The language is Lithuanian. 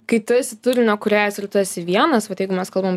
kai tu esi turinio kūrėjas ir tu esi vienas vat jeigu mes kalbam